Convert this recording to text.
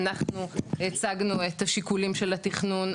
אנחנו הצגנו את השיקולים של התכנון,